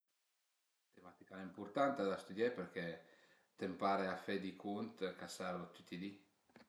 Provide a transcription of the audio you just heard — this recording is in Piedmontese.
La matematica al e ëmpurtanta da stüdié t'empare a fe i cunt ch'a servu tüti i di